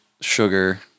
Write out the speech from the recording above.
Sugar